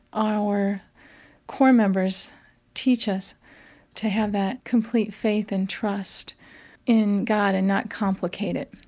our core members teach us to have that complete faith and trust in god and not complicate it,